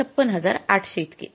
१५६८०० इतके